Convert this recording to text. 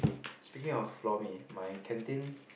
speaking of lor-mee my canteen